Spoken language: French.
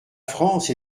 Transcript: france